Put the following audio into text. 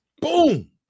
boom